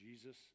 Jesus